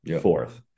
fourth